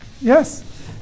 Yes